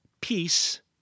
peace